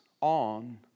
on